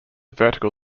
vertical